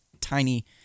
tiny